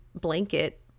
blanket